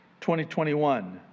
2021